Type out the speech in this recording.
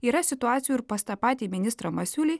yra situacijų ir pas tą patį ministrą masiulį